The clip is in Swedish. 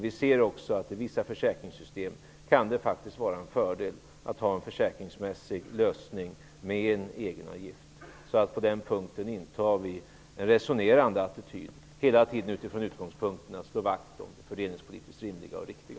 Vi ser också att det i vissa försäkringssystem kan vara en fördel att ha en försäkringsmässig lösning med en egenavgift. På den punkten intar vi en resonerande attityd, hela tiden med utgångspunkten att slå vakt om det fördelningspolitiskt rimliga och riktiga.